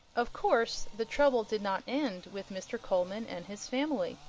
of course, the trouble did not end with mr. coleman and his family.